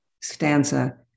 stanza